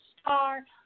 star